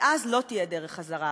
ואז לא תהיה דרך חזרה.